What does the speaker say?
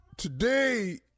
Today